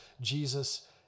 Jesus